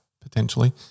potentially